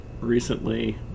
recently